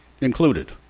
included